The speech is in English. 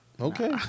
Okay